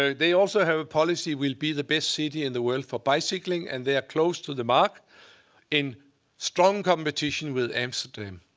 ah they also have a policy we'll be the best city in the world for bicycling, and they're close to the mark in strong competition with amsterdam.